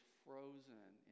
frozen